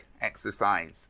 exercise